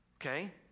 okay